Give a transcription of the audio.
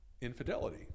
infidelity